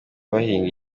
bahinga